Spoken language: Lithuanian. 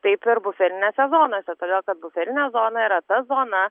taip ir buferinėse zonose todėl kad buferinė zona yra ta zona